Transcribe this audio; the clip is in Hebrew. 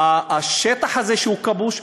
השטח הזה שהוא כבוש.